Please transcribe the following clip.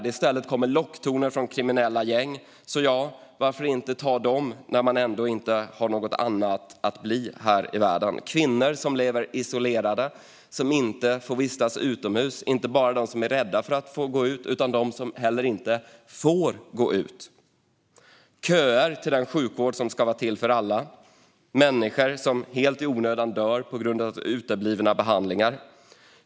I stället kommer det locktoner från de kriminella gängen. Ja, varför ska man inte följa dem när man ändå inte har något annat att bli här i världen? Det är kvinnor som lever isolerade och som inte får vistas utomhus. Det gäller inte bara dem som är rädda för att gå ut utan också dem som inte får gå ut. Det är köer till den sjukvård som ska vara till för alla. Människor dör helt i onödan på grund av uteblivna behandlingar.